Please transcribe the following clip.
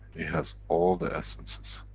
it has all the essences,